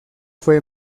fue